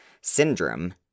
Syndrome